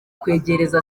kwegereza